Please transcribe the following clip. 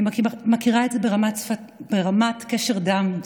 אני מכירה את זה ברמת קשר דם,